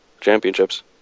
championships